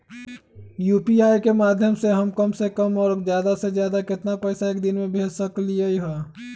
UPI के माध्यम से हम कम से कम और ज्यादा से ज्यादा केतना पैसा एक दिन में भेज सकलियै ह?